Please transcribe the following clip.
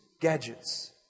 gadgets